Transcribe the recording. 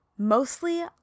Mostly